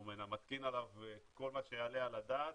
הוא מתקין עליו כל מה שיעלה על הדעת,